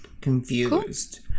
confused